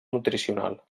nutricional